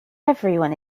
everyone